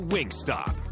Wingstop